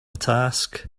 task